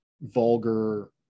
vulgar